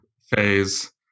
phase